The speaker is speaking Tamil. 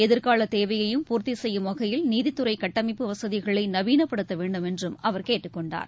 எதிர்காலதேவையையும் பூர்த்திசெய்யும் வகையில் நீதித்துறைகட்டமைப்பு வசதிகளைநவீனப்படுத்தவேண்டுமென்றும் அவர் கேட்டுக் கொண்டார்